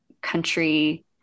country